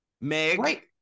Meg